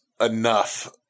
enough